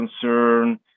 concern